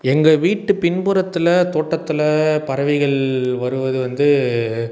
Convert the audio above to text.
எங்கள் வீட்டு பின்புறத்தில் தோட்டத்தில் பறவைகள் வருவது வந்து